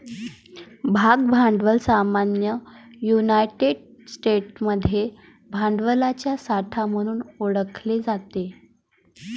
भाग भांडवल सामान्यतः युनायटेड स्टेट्समध्ये भांडवलाचा साठा म्हणून ओळखले जाते